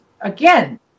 again